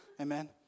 Amen